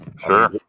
Sure